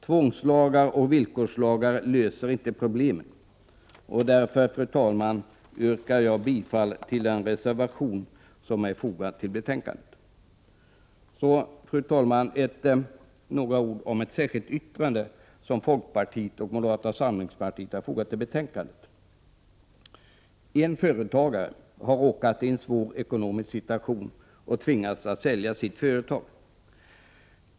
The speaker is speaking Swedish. Tvångslagar och villkorslagar löser inte problemen. Därför, fru talman, yrkar jag bifall till den reservation som vi har fogat till betänkandet. Så några ord om ett särskilt yttrande som folkpartiet och moderata samlingspartiet har fogat till betänkandet. En företagare har råkat i en svår ekonomisk situation och tvingats att sälja sitt företag.